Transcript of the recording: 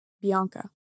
Bianca